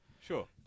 Sure